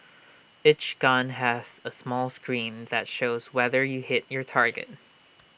each gun has A small screen that shows whether you hit your target